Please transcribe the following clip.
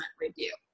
review